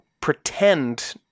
pretend